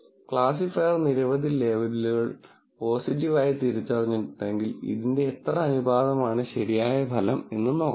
classifier നിരവധി ലേബലുകൾ positive ആയി തിരിച്ചറിഞ്ഞിട്ടുണ്ടെങ്കിൽ ഇതിന്റെ എത്ര അനുപാതമാണ് ശരിയായ ഫലം എന്ന നോക്കണം